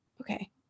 Okay